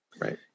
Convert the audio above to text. Right